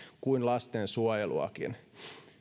kuin lastensuojeluakin